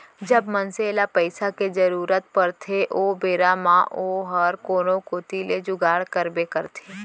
जब मनसे ल पइसा के जरूरत परथे ओ बेरा म ओहर कोनो कोती ले जुगाड़ करबे करथे